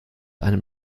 einem